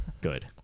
Good